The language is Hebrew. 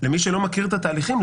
למי שלא מכיר את התהליכים,